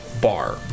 Bar